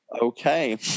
Okay